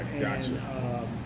gotcha